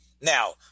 Now